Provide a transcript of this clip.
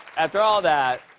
after all that,